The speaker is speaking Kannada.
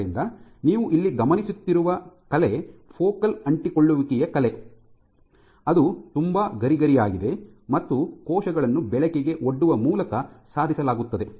ಆದ್ದರಿಂದ ನೀವು ಇಲ್ಲಿ ಗಮನಿಸುತ್ತಿರುವ ಕಲೆ ಫೋಕಲ್ ಅಂಟಿಕೊಳ್ಳುವಿಕೆಯ ಕಲೆ ಅದು ತುಂಬಾ ಗರಿಗರಿಯಾಗಿದೆ ಮತ್ತು ಕೋಶಗಳನ್ನು ಬೆಳಕಿಗೆ ಒಡ್ಡುವ ಮೂಲಕ ಸಾಧಿಸಲಾಗುತ್ತದೆ